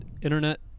internet